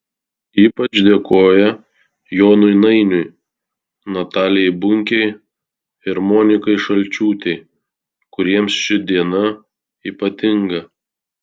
ypač dėkoja jonui nainiui natalijai bunkei ir monikai šalčiūtei kuriems ši diena ypatinga